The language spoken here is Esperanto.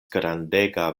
grandega